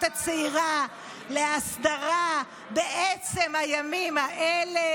הצעירה להסדרה בעצם הימים האלה.